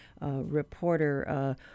Reporter